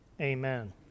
amen